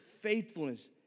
faithfulness